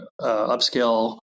upscale